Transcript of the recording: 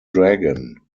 dragon